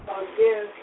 again